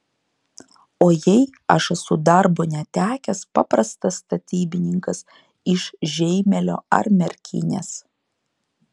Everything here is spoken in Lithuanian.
o jei aš esu darbo netekęs paprastas statybininkas iš žeimelio ar merkinės